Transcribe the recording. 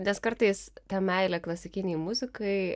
nes kartais ta meilė klasikinei muzikai